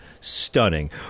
stunning